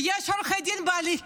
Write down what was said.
ויש עורכי דין בהליך.